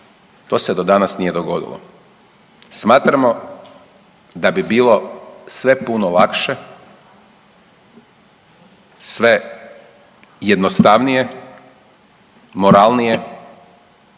To se do danas nije dogodilo. Smatramo da bi bilo sve puno lakše, sve jednostavnije, moralnije